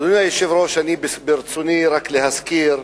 אדוני היושב-ראש, ברצוני רק להזכיר.